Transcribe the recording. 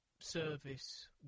service